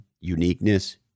uniqueness